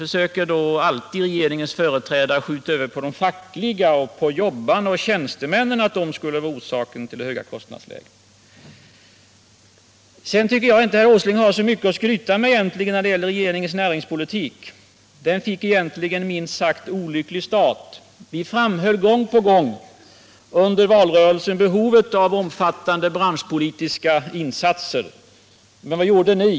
Regeringens företrädare försöker alltid skjuta över ansvaret på de fackliga organisationerna och hävda att jobbarna och tjänstemännen skulle vara orsaken till det höga kostnadsläget. När det gäller regeringens näringspolitik tycker jag inte herr Åsling har så mycket att skryta med. Den fick egentligen en minst sagt olycklig start. Vi framhöll gång på gång under valrörelsen behovet av omfattande branschpolitiska insatser. Men vad gjorde ni?